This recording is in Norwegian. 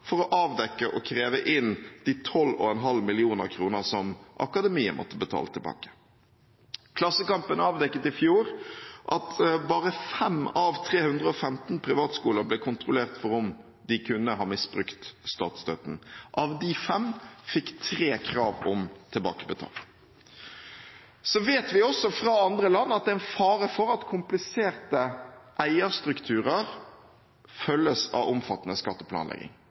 for å avdekke og kreve inn de 12,5 mill. kr som Akademiet måtte betale tilbake. Klassekampen avdekket i fjor at bare 5 av 315 privatskoler ble kontrollert for om de kunne ha misbrukt statsstøtten. Av disse fem fikk tre krav om tilbakebetaling. Så vet vi også fra andre land at det er en fare for at kompliserte eierstrukturer følges av omfattende skatteplanlegging.